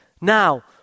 Now